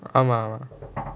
ஆமா ஆமா:aamaa aamaa